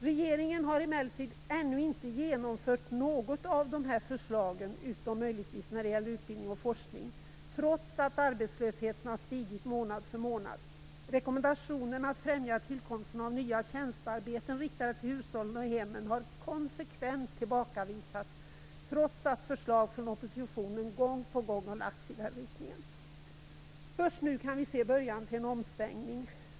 Regeringen har emellertid ännu inte genomfört något av dessa förslag - utom möjligtvis när det gäller utbildning och forskning - trots att arbetslösheten har stigit månad för månad. Rekommendationen att främja tillkomsten av nya tjänstearbeten riktade till hushållen och hemmen har konsekvent tillbakavisats trots att förslag i den riktningen gång på gång har lagts fram av oppositionen. Först nu kan vi se början till en omsvängning.